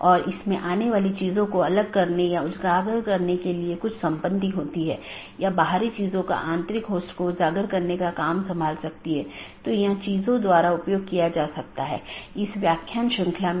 और जब यह विज्ञापन के लिए होता है तो यह अपडेट संदेश प्रारूप या अपडेट संदेश प्रोटोकॉल BGP में उपयोग किया जाता है हम उस पर आएँगे कि अपडेट क्या है